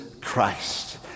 Christ